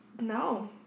no